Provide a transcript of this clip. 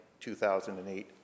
2008